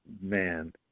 man